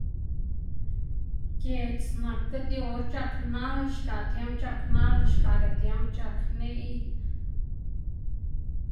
giedz nak diꞌt yu or c̲h̲ak nal, xgaꞌ tiemb c̲h̲ak nal, xgaꞌga tiemb c̲h̲ak neꞌy.